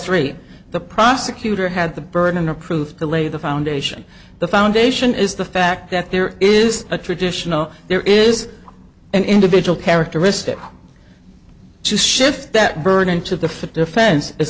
three the prosecutor had the burden of proof to lay the foundation the foundation is the fact that there is a traditional there is an individual characteristic to shift that bird into the for defense i